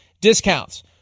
discounts